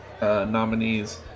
nominees